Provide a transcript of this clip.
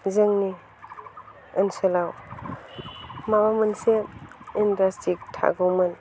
जोंनि ओनसोलाव माबा मोनसे इनदास्ट्रि थागौमोन